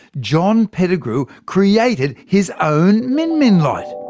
john pettigrew created his own min min light.